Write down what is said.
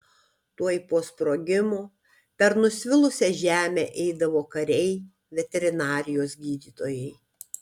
tuoj po sprogimo per nusvilusią žemę eidavo kariai veterinarijos gydytojai